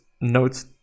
notes